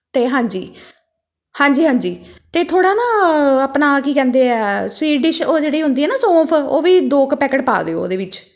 ਅਤੇ ਹਾਂਜੀ ਹਾਂਜੀ ਹਾਂਜੀ ਅਤੇ ਥੋੜ੍ਹਾ ਨਾ ਆਪਣਾ ਕੀ ਕਹਿੰਦੇ ਹੈ ਸਵੀਟ ਡਿਸ਼ ਉਹ ਜਿਹੜੀ ਹੁੰਦੀ ਹੈ ਨਾ ਸ਼ੌਫ ਉਹ ਵੀ ਦੋ ਕੁ ਪੈਕਟ ਪਾ ਦਿਉ ਉਹਦੇ ਵਿੱਚ